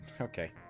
Okay